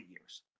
years